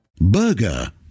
Burger